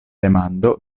demando